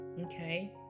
Okay